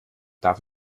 darf